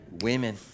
women